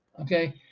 okay